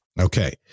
Okay